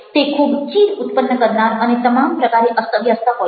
તે ખૂબ ચીડ ઉત્પન્ન કરનાર અને તમામ પ્રકારે અસ્તવ્યસ્ત હોય છે